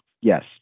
Yes